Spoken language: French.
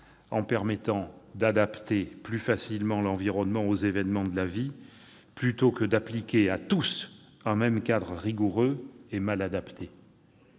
leur permettant d'adapter plus facilement leur environnement aux événements de la vie, plutôt que d'appliquer à tous un même cadre rigoureux et mal adapté.